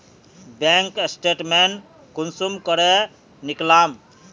Bank statement कुंसम करे निकलाम?